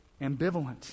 ambivalent